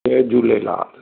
Jay Jhulelal